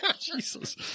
jesus